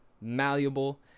malleable